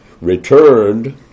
returned